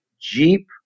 Jeep